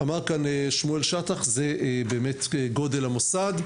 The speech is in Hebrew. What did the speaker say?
זה באמת גודל המוסד.